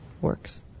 works